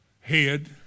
head